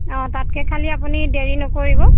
অ তাতকৈ খালি আপুনি দেৰি নকৰিব